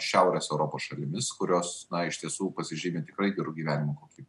šiaurės europos šalimis kurios iš tiesų pasižymi tikrai geru gyvenimo kokybe